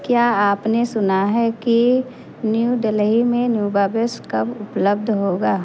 क्या आपने सुना है कि न्यू डेल्ही में नूवावेस कब उपलब्ध होगा